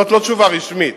וזו לא תשובה רשמית: